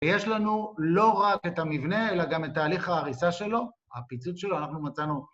ויש לנו לא רק את המבנה, אלא גם את תהליך ההריסה שלו, הפיצוץ שלו, אנחנו מצאנו